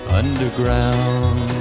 underground